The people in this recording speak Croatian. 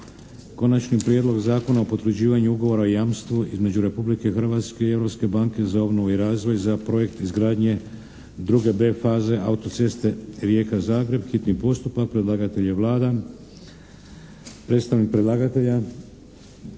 Konačni prijedlog Zakona o potvrđivanju Ugovora o jamstvu između Republike Hrvatske i Europske banke za obnovu i razvoj za "Projekt izgradnje II B faze autoceste Rijeka – Zagreb", s Konačnim prijedlogom